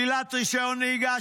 שלילת רישיון נהיגה,